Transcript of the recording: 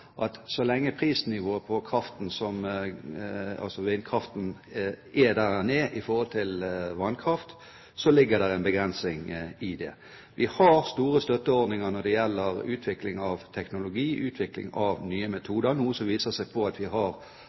er i forhold til vannkraft, ligger det begrensninger i det. Vi har store støtteordninger når det gjelder utvikling av teknologi, utvikling av nye metoder, noe som viser seg ved at vi har